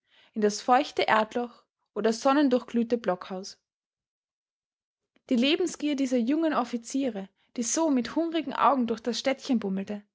in das feuchte erdloch oder sonnendurchglühte blockhaus die lebensgier dieser jungen offiziere die so mit hungrigen augen durch das städtchen bummelten